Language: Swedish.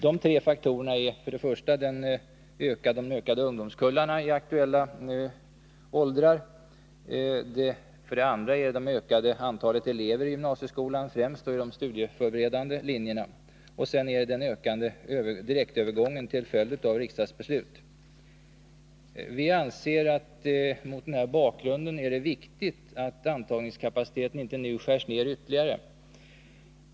De tre faktorerna är de ökande ungdomskullarna i aktuella högskoleåldrar, det ökade antalet elever i gymnasieskolan, främst i dess studieförberedande linjer, och den ökade direktövergången till följd av riksdagsbeslut. Vi anser det mot den här bakgrunden viktigt att antagningskapaciteten inte nu skärs ned ytterligare.